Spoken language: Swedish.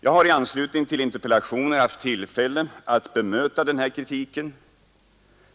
Jag har i anslutning till besvarande av interpellationer haft tillfälle att bemöta den kritiken.